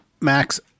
Max